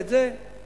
ואת זה אין,